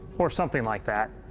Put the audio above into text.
or something like that.